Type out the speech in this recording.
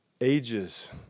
ages